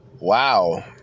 Wow